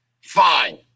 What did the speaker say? fine